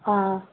ꯑꯥ